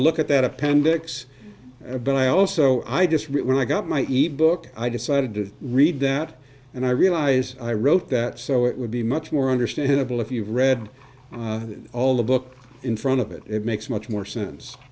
look at that appendix but i also i just really got my ebook i decided to read that and i realize i wrote that so it would be much more understandable if you've read all of book in front of it it makes much more sense